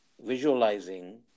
visualizing